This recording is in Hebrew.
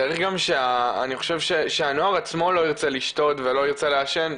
צריך גם שהנוער עצמו לא ירצה לשתות ולא ירצה לעשן.